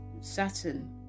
Saturn